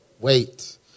Wait